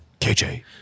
KJ